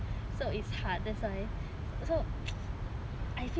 so it's hard that's why so so I feel